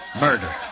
Murder